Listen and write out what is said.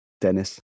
Dennis